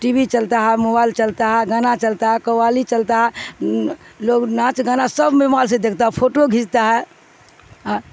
T V چلتا ہے mobile چلتا ہے گانا چلتا ہے قوالی چلتا ہے لوگ ناچ گانا سب مبائال سے دیکتا ہے فوٹو گھیچتا ہے